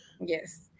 Yes